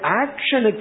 action